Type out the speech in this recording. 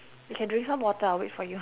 you can drink some water I'll wait for you